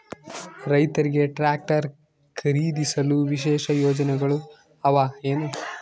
ರೈತರಿಗೆ ಟ್ರಾಕ್ಟರ್ ಖರೇದಿಸಲು ವಿಶೇಷ ಯೋಜನೆಗಳು ಅವ ಏನು?